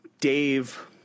Dave